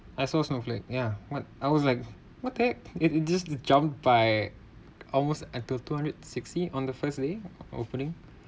there's no snowflake ya what I was like what the heck it it just jumped by almost until two hundred sixty on the first day opening